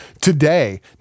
Today